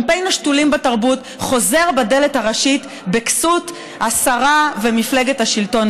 קמפיין השתולים בתרבות חוזר בדלת הראשית בכסות השרה ומפלגת השלטון,